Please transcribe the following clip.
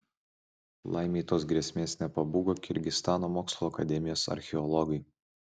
laimei tos grėsmės nepabūgo kirgizstano mokslų akademijos archeologai